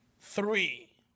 Three